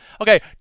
Okay